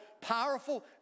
powerful